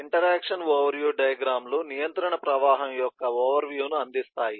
ఈ డయాగ్రమ్ లు నియంత్రణ ప్రవాహం యొక్క ఓవర్ వ్యూ ను అందిస్తాయి